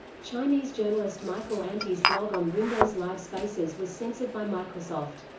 chinese journalist michael anti's blog on windows live spaces was censored by microsoft.